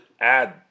add